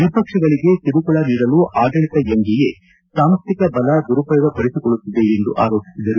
ವಿಪಕ್ಷಗಳಿಗೆ ಕಿರುಕುಳ ನೀಡಲು ಆಡಳಿತ ಎನ್ಡಿಎ ಸಾಂಸ್ವಿಕ ಬಲ ದುರುಪಯೋಗಪಡಿಸಿಕೊಳ್ಳುತ್ತಿದೆ ಎಂದು ಆರೋಪಿಸಿದರು